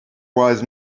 wise